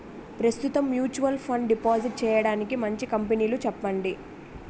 ప్రస్తుతం mutual fund deposit చేయడానికి మంచి కంపెనీలు చెప్పండి